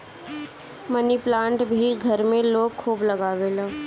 मनी plant भी घर में लोग खूब लगावेला